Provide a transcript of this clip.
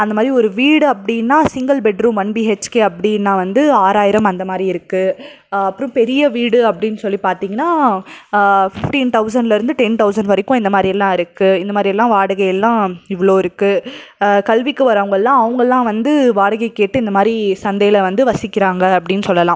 அந்த மாதிரி ஒரு வீடு அப்படின்னா single bed room one BHK அப்படின்னா வந்து ஆறாயிரம் அந்த மாதிரி இருக்குது அப்புறம் பெரிய வீடு அப்படின்னு சொல்லி பார்த்தீங்கன்னா ஃபிஃப்டின் தொளசண்ட்டில் இருந்து டென் தொளசண்ட் வரைக்கும் இந்த மாதிரி எல்லாம் இருக்குது இந்த மாதிரி எல்லாம் வாடகை எல்லாம் இவ்வளோ இருக்குது கல்விக்கு வர்றவுங்கள்லாம் அவுங்களெல்லாம் வந்து வாடகை கேட்டு இந்த மாதிரி சந்தையில் வந்து வசிக்கிறாங்க அப்படின்னு சொல்லலாம்